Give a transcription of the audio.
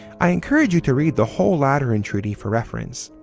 i encourage you to read the whole lateran treaty for reference.